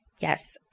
Yes